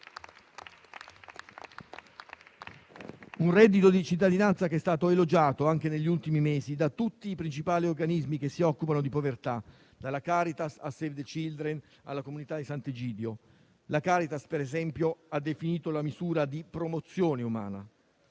Il reddito di cittadinanza è stato elogiato, anche negli ultimi mesi, da tutti i principali organismi che si occupano di povertà, dalla Caritas a Save the Children, alla Comunità di Sant'Egidio. La Caritas, per esempio, ha definito la misura uno «strumento